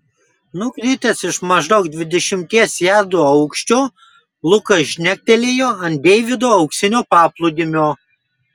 nukritęs iš maždaug dvidešimties jardų aukščio lukas žnektelėjo ant deivido auksinio paplūdimio